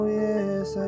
yes